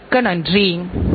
நன்றி வணக்கம்